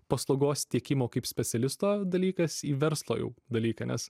paslaugos tiekimo kaip specialisto dalykas į verslo jau dalyką nes